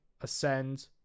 ascend